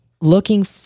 looking